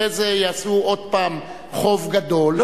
אחרי זה יעשו עוד פעם חוב גדול.